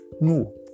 No